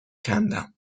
کندم